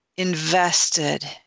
invested